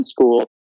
school